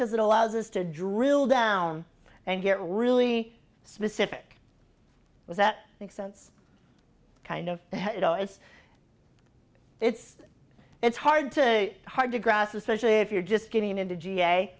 because it allows us to drill down and get really specific was that sense kind of it's it's it's hard to hard to grasp especially if you're just getting into ga